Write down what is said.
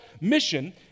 mission